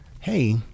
hey